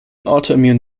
autoimmune